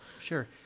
Sure